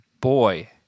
Boy